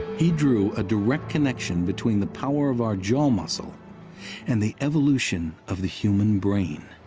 he drew a direct connection between the power of our jaw muscle and the evolution of the human brain.